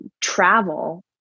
travel